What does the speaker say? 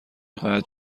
قطع